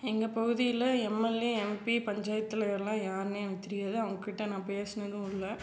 எங்கள் பகுதியில் MLA MP panchayat தலைவர்லாம் யாருனே எனக்கு தெரியாது அவங்ககிட்ட நான் பேசினதும் இல்லை